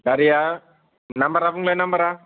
गारिया नाम्बारा बुंलाय नाम्बारा